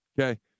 okay